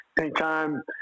Anytime